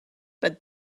but